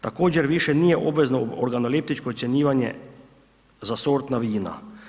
Također više nije obvezno organoleptičko ocjenjivanje za sortna vina.